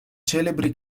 celebri